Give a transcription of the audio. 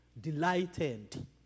delighted